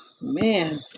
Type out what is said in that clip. man